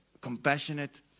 compassionate